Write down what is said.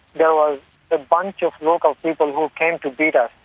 there was a bunch of local people who came to beat us.